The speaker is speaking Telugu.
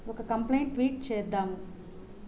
ఒక కంప్లెయింట్ ట్వీట్ చేద్దాము